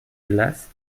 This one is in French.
glace